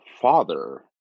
father